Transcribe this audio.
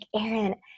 Aaron